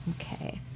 Okay